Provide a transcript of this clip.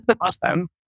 awesome